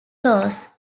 floors